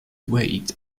wait